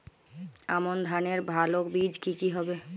আমান ধানের ভালো বীজ কি কি হবে?